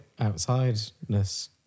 outsideness